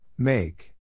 Make